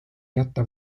jätta